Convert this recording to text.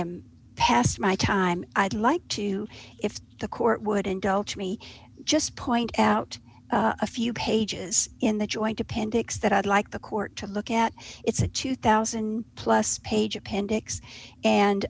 am past my time i'd like to if the court would indulge me just point out a few pages in the joint appendix that i'd like the court to look at it's a two thousand plus page appendix and